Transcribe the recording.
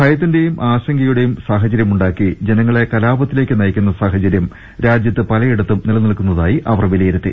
ഭയത്തിന്റെയും ആശങ്കയുടെയും സാഹചര്യമുണ്ടാക്കി ജന ങ്ങളെ കലാപത്തിലേക്ക് നയിക്കുന്ന സാഹചര്യം രാജ്യത്ത് പലയിടത്തും നിലനിൽക്കുന്നതായി അവർ വിലയിരുത്തി